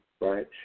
right